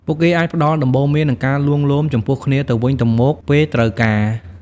ពួកគេអាចផ្តល់ដំបូន្មាននិងការលួងលោមចំពោះគ្នាទៅវិញទៅមកពេលត្រូវការ។